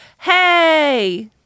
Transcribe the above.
Hey